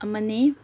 ꯑꯃꯅꯤ